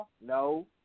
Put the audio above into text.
No